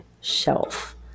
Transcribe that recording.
shelf